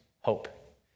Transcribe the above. hope